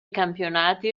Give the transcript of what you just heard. campionati